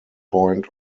point